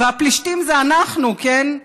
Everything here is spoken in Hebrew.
והפלישתים זה אנחנו, כן?